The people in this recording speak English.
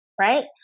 right